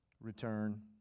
Return